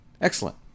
excellent